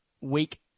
Week